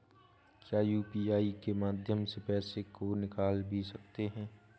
क्या यू.पी.आई के माध्यम से पैसे को निकाल भी सकते हैं?